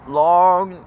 long